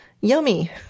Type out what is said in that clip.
yummy